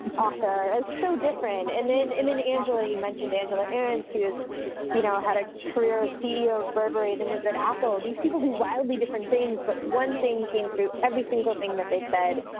author. it's so different. and then and and angela, you mentioned angela and ahrendts, who's you know had a career as ceo of burberry then was at apple. these people do wildly different things, but one thing came through every single thing that they said,